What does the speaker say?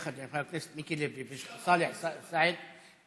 יחד עם חבר הכנסת מיקי לוי וסאלח סעד וטלי,